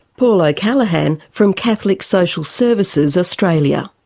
paul o'callaghan from catholic social services australia.